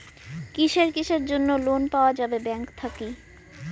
কিসের কিসের জন্যে লোন পাওয়া যাবে ব্যাংক থাকি?